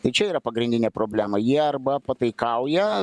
tai čia yra pagrindinė problema jie arba pataikauja